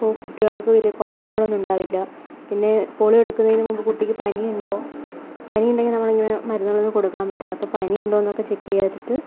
അപ്പോൾ കുട്ടികൾക്ക് വലിയ കുഴപ്പങ്ങളൊന്നും ഉണ്ടാവില്ല പിന്നെ പോളിയോ കൊടുക്കുന്നതിന് മുൻപ് കുട്ടിക്ക് പനിയുണ്ടോ പനിയുണ്ടെങ്കിൽ നമ്മളിങ്ങനെ മരുന്നുകളൊന്നും കൊടുക്കാൻ പാടില്ല അപ്പോൾ പനിയുണ്ടോയെന്നൊക്കെ ചെക്ക് ചെയ്തിട്ട്